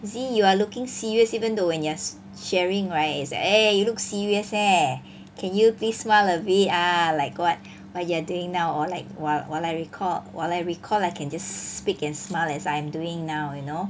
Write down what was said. you see you are looking serious even though when you are sharing right is like eh you look serious eh can you please smile a bit ah like what what you are doing now or like while while I record while I record I can just speak and smile as I am doing now you know